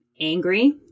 angry